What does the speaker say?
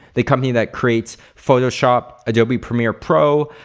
the company that creates photoshop, adobe premier pro,